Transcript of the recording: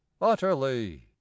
utterly